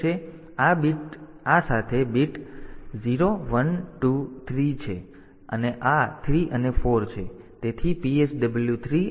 તેથી આ સાથે બીટ 0 1 2 3 છે અને આ 3 અને 4 છે